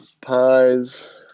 pies